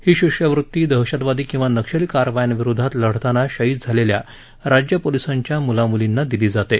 ही शिष्यवृती दहशतवादी किंवा नक्षली कारवायांविरुद्ध लढताना शहीद झालेल्या राज्य पोलिसांच्या मुला मुलींना दिली जाते